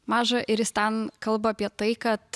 mažą ir jis ten kalba apie tai kad